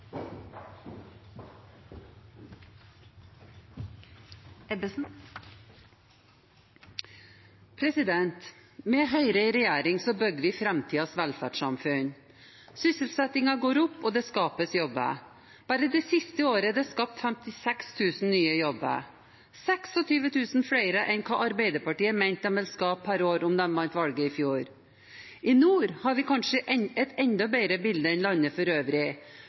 utslippsbudsjett. Med Høyre i regjering bygger vi framtidens velferdssamfunn. Sysselsettingen går opp, og det skapes jobber. Bare det siste året er det skapt 56 000 nye jobber, 26 000 flere enn hva Arbeiderpartiet mente de ville skape per år om de vant valget i fjor. I nord har vi kanskje et enda bedre bilde enn i landet for øvrig,